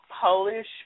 Polish